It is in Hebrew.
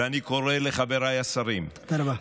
ואני קורא לחבריי השרים, תודה רבה.